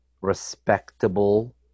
respectable